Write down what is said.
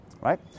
right